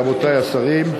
רבותי השרים,